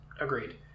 agreed